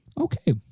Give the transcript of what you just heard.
okay